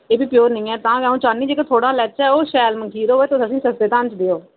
एह् बी प्योर नि ऐ तां गै अऊं चाह्न्नीं जेह्का थोह्ड़ा लैचै ओह् शैल मखीर होए तुस असें सस्ते दाम च देओ